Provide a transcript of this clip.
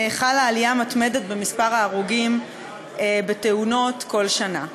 חלה עלייה מתמדת במספר ההרוגים בתאונות כל שנה.